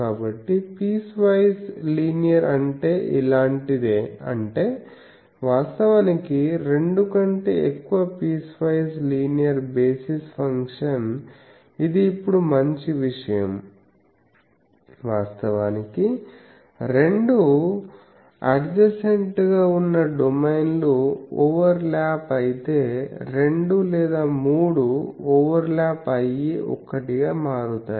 కాబట్టి piecewise linear అంటే ఇలాంటిదే అంటే వాస్తవానికి రెండు కంటే ఎక్కువ పీస్వైస్ లీనియర్ బేసిస్ ఫంక్షన్ ఇది ఇప్పుడు మంచి విషయం వాస్తవానికి రెండు అడ్జసెంట్ గా ఉన్న డొమైన్ లు ఓవర్ ల్యాప్ అయితే రెండు లేదా మూడు ఓవర్ ల్యాప్ అయ్యి ఒక్కటి గా మారుతాయి